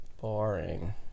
Boring